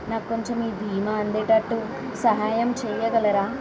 నాకు కొంచెం ఈ బీమా అందేటట్టు సహాయం చేయగలరా